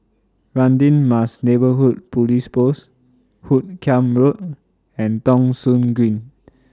Radin Mas Neighbourhood Police Post Hoot Kiam Road and Thong Soon Green